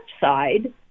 side